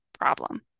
problem